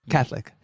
Catholic